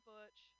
Butch